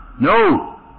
No